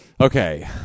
Okay